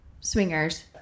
swingers